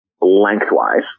lengthwise